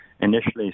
initially